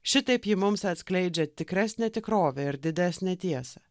šitaip ji mums atskleidžia tikresnę tikrovę ir didesnę tiesą